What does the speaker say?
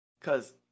cause